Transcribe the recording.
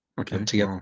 Okay